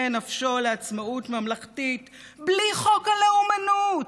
נפשו לעצמאות ממלכתית" בלי חוק הלאומנות.